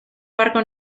barco